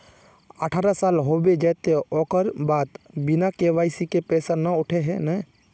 अठारह साल होबे जयते ओकर बाद बिना के.वाई.सी के पैसा न उठे है नय?